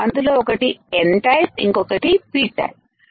అందులో ఒకటి N type ఇంకొకటి పి టైపు ype